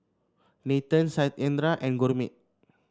Nathan Satyendra and Gurmeet